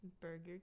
Burger